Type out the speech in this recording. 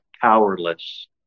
powerless